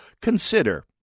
Consider